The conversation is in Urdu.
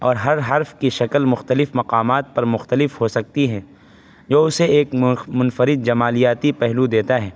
اور ہر حرف کی شکل مختلف مقامات پر مختلف ہو سکتی ہے جو اسے ایک منفرد جمالیاتی پہلو دیتا ہے